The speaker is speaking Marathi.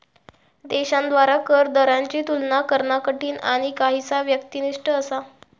देशांद्वारा कर दरांची तुलना करणा कठीण आणि काहीसा व्यक्तिनिष्ठ असा